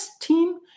Team